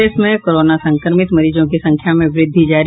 प्रदेश में कोरोना संक्रमित मरीजों की संख्या में वृद्धि जारी